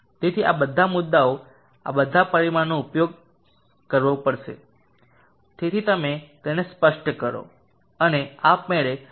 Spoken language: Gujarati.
તેથી આ બધા મુદ્દાઓ આ બધા પરિમાણોનો ઉલ્લેખ કરવો પડશે તેથી તમે તેમને સ્પષ્ટ કરો અને આપમેળે દરેક સમીકરણ અનુસરશે